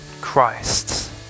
Christ